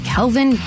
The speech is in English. Kelvin